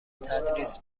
تدریس